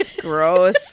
Gross